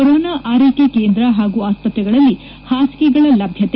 corona ಆರೈಕೆ ಕೇಂದ್ರ ಹಾಗೂ ಆಸ್ತತ್ರೆಗಳಲ್ಲಿ ಹಾಸಿಗೆಗಳ ಲಭ್ಯತೆ